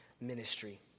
ministry